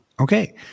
Okay